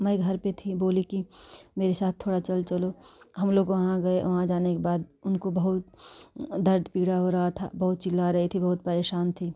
मैं घर पर थी बोली कि मेरे साथ थोड़ा चल चलो हम लोग वहाँ गए वहाँ जाने के बाद उनको बहुत दर्द पीड़ा हो रहा था बहुत चिल्ला रही थी बहुत परेशान थी